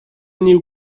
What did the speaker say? new